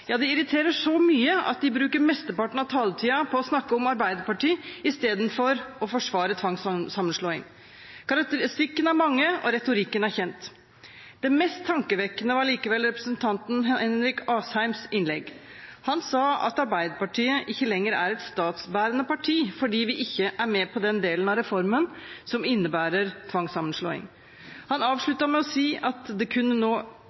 Ja, det irriterer så mye at de bruker mesteparten av taletiden til å snakke om Arbeiderpartiet, i stedet for å forsvare tvangssammenslåing. Karakteristikkene er mange og retorikken er kjent. Mest tankevekkende var likevel representanten Henrik Asheims innlegg. Han sa at Arbeiderpartiet ikke lenger er et «statsbærende parti» fordi vi ikke er med på den delen av reformen som innebærer tvangssammenslåing. Han avsluttet med å si at det nå